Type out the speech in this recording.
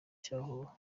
cyohoha